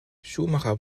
schumacher